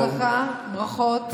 בהצלחה, ברכות.